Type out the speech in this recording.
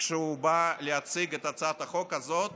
כשהוא בא להציג את הצעת החוק הזאת